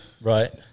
Right